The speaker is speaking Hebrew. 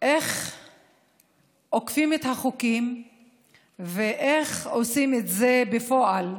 איך עוקפים את החוקים ואיך עושים את זה בפועל,